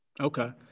Okay